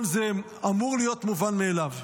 כל זה אמור להיות מובן מאליו.